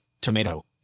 tomato